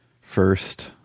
First